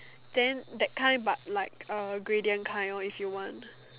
then that kind but like a gradient kind loh if you want